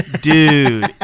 dude